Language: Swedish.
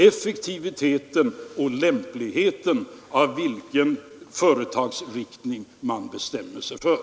Effektiviteten och lämpligheten blir avgörande vilken företagsriktning man bestämmer sig för.